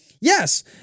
Yes